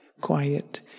quiet